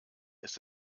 ist